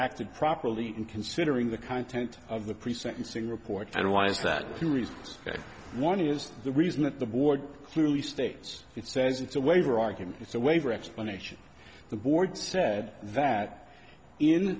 acted properly in considering the content of the pre sentencing report and why is that one is the reason that the board clearly states it says it's a waiver argument it's a waiver explanation the board said that in